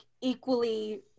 equally